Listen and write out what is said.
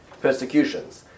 persecutions